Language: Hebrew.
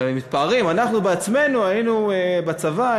והם מתפארים: אנחנו בעצמנו היינו בצבא,